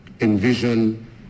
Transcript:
envision